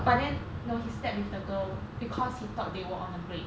but then no he slept with the girl because he thought they were on a break